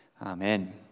Amen